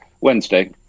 Wednesday